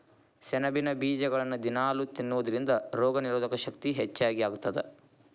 ಸೆಣಬಿನ ಬೇಜಗಳನ್ನ ದಿನಾಲೂ ತಿನ್ನೋದರಿಂದ ರೋಗನಿರೋಧಕ ಶಕ್ತಿ ಹೆಚ್ಚಗಿ ಆಗತ್ತದ